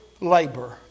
labor